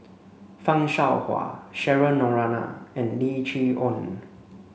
Fan Shao Hua Cheryl Noronha and Lim Chee Onn